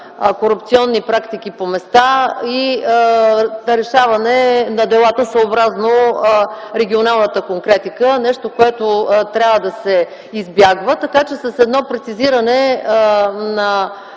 корупционни практики по места за решаване на делата, съобразно регионалната конкретика – нещо което трябва да се избягва. С едно прецизиране на